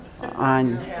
on